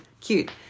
Cute